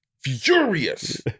furious